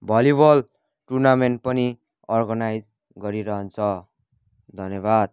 volleyball tournament पनि organise गरिरहन्छ धन्यवाद